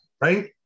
right